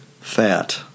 fat